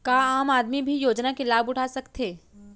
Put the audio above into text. का आम आदमी भी योजना के लाभ उठा सकथे?